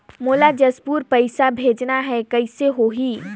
मोला जशपुर पइसा भेजना हैं, कइसे होही?